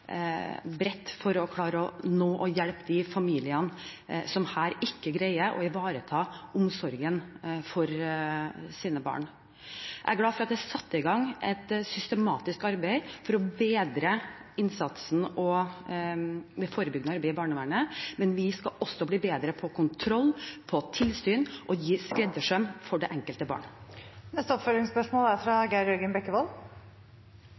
bredt for å klare å nå og hjelpe de familiene som ikke greier å ivareta omsorgen for sine barn. Jeg er glad for at det er satt i gang et systematisk arbeid for å bedre innsatsen med forebyggende arbeid i barnevernet, men vi skal også bli bedre på kontroll, på tilsyn og på skreddersøm for det enkelte barnet. Geir Jørgen Bekkevold – til oppfølgingsspørsmål.